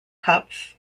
cups